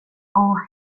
jag